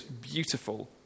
beautiful